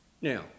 Now